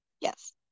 yes